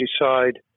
decide